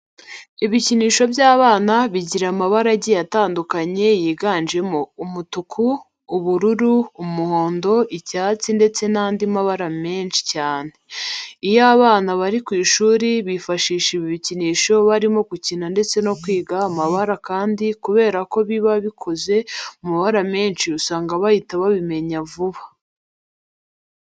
Ibikinisho by'abana bigira amabara agiye atandukanye yiganjemo umutuku, ubururu, umuhondo, icyatsi ndetse n'andi menshi cyane. Iyo abana bari ku ishuri bifashisha ibi bikinisho barimo gukina ndetse no kwiga amabara kandi kubera ko biba bikoze mu mabara menshi usanga bahita babimenya vuba.